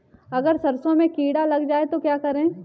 अगर सरसों में कीड़ा लग जाए तो क्या करें?